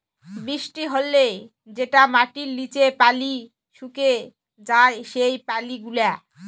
বৃষ্টি হ্যলে যেটা মাটির লিচে পালি সুকে যায় সেই পালি গুলা